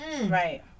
right